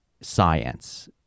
science